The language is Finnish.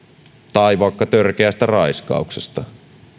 tai vaikkapa törkeästä raiskauksesta